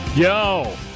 Yo